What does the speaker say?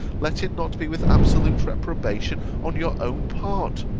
let it not be with absolute reprobation on your own part